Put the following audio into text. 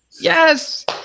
Yes